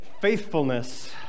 Faithfulness